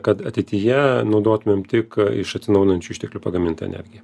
kad ateityje naudotumėm tik iš atsinaujinančių išteklių pagamintą energiją